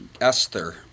Esther